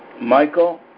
Michael